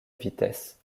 vitesse